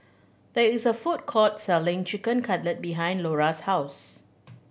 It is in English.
there is a food court selling Chicken Cutlet behind Lora's house